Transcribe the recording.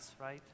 right